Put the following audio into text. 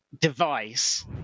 Device